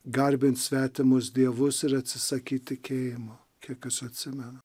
garbinti svetimus dievus ir atsisakyti tikėjimo kiek aš atsimenu